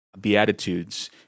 Beatitudes